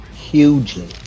hugely